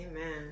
Amen